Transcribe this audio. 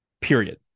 period